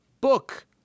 Book